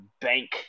Bank